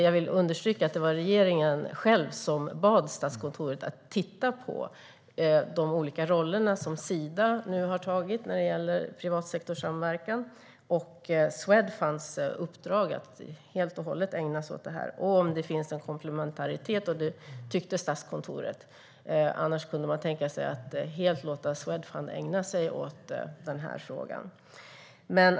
Jag vill understryka att det var regeringen själv som bad Statskontoret att titta på de olika roller som Sida nu har tagit när det gäller privatsektorsamverkan och Swedfunds uppdrag att helt och hållet ägna sig åt frågan och om det finns en komplementaritet. Det tyckte Statskontoret. Annars kunde man tänka sig att helt låta Swedfund ägna sig åt frågan.